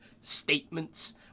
statements